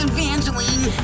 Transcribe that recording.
Evangeline